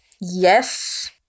Yes